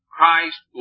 Christ